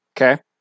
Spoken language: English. Okay